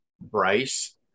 Bryce